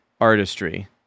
artistry